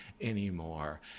anymore